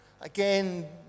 Again